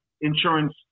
insurance